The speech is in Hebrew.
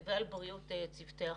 ועל בריאות צוותי החינוך.